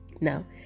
Now